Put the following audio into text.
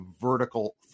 vertical